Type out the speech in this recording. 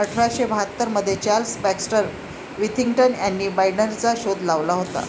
अठरा शे बाहत्तर मध्ये चार्ल्स बॅक्स्टर विथिंग्टन यांनी बाईंडरचा शोध लावला होता